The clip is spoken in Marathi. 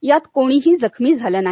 यात कोणिही जखमी झाले नाही